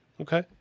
Okay